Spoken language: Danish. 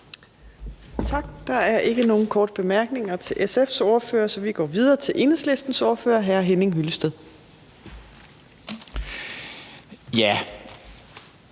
Tak. Der er ikke nogen korte bemærkninger til SF's ordfører, så vi går videre til Enhedslistens ordfører, hr. Henning Hyllested. Kl.